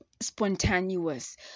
spontaneous